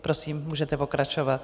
Prosím, můžete pokračovat.